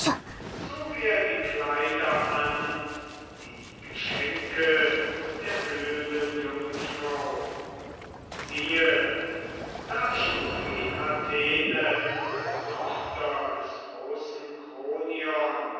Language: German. zog er die kleider an die geschenke der blühenden jungfrau siehe da schuf ihn athene die tochter des großen